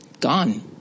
Gone